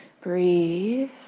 Breathe